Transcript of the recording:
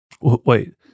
Wait